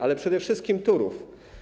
Ale przede wszystkim Turów.